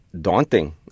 daunting